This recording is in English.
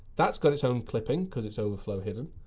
that's got its own clipping because it's overflow hidden.